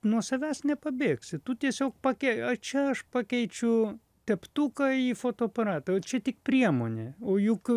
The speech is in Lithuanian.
nuo savęs nepabėgsi tu tiesiog pakei čia aš pakeičiu teptuką į fotoaparatą o čia tik priemonė o juk